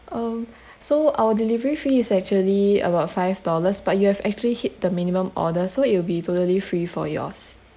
um so our delivery fee is actually about five dollars but you have actually hit the minimum order so it will be totally free for yours